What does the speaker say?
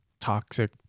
toxic